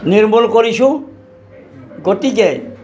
নিৰ্মূল কৰিছোঁ গতিকে